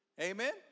Amen